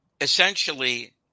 essentially